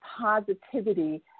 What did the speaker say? positivity